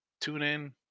TuneIn